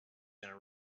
gonna